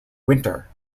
winter